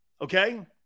Okay